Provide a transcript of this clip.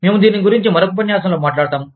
మేము దీని గురించి మరొక ఉపన్యాసంలో మాట్లాడుతాము